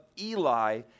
Eli